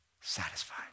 satisfied